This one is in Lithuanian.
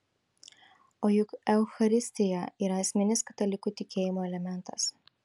o juk eucharistija yra esminis katalikų tikėjimo elementas